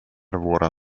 våra